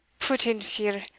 put in fear!